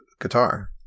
guitar